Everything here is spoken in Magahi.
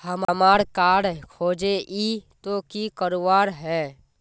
हमार कार्ड खोजेई तो की करवार है?